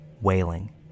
wailing